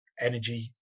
energy